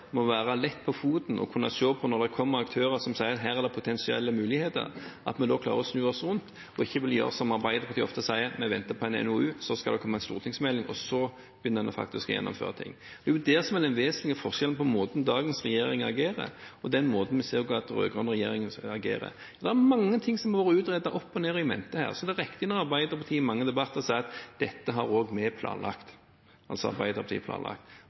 være lett på foten, og at vi, når det kommer aktører som sier at her er det potensielle muligheter, klarer å snu oss rundt og ikke si som Arbeiderpartiet ofte gjør: Vi venter på en NOU, så skal det komme en stortingsmelding, og så begynner vi faktisk å gjennomføre ting. Det er det som er den vesentlige forskjellen på måten dagens regjering agerer på, og den måten vi så at den rød-grønne agerte på. Det er mange ting som har vært utredet opp og ned og i mente her, så det er riktig når Arbeiderpartiet i mange debatter har sagt: Dette har også vi, altså Arbeiderpartiet, planlagt.